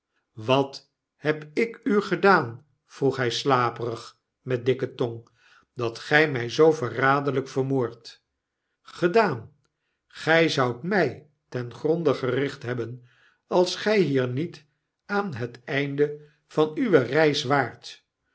wat heb ik u gedaan vroeg hy slaperig met dikke tong dat gy my zoo verraderlyk vermoordt gedaan gy zoudt my ten gronde gericht hebben als gy hier niet aan het einde van uwe reis waart